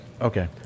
Okay